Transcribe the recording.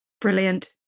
Brilliant